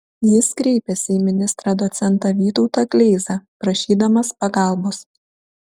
jis kreipėsi į ministrą docentą vytautą kleizą prašydamas pagalbos